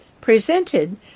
Presented